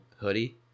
hoodie